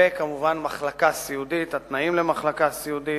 וכמובן מחלקה סיעודית, התנאים למחלקה סיעודית,